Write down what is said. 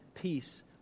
peace